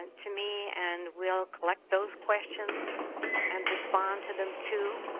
and to me and we'll collect those questions and respond to them too.